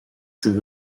sydd